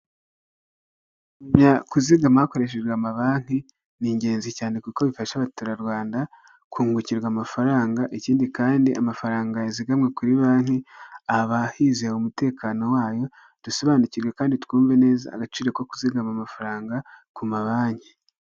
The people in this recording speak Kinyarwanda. Aha ni mu ikaragiro ry'amata aho hagaragaramo imashini zagenewe gutunganya amata, hakagaragaramo ameza, harimo indobo, harimo amakaro. Iyo urebye ku nkuta hariho irange ry'ubururu, urukuta rwiza cyane rusa n'ubururu ndetse aha hantu ni heza pe.